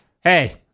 Hey